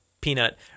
peanut